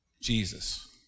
Jesus